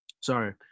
sorry